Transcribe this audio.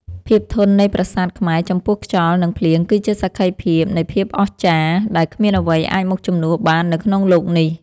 ភាពធន់នៃប្រាសាទខ្មែរចំពោះខ្យល់ និង ភ្លៀងគឺជាសក្ខីភាពនៃភាពអស្ចារ្យដែលគ្មានអ្វីអាចមកជំនួសបាននៅក្នុងលោកនេះ។